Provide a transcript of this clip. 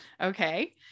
Okay